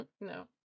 No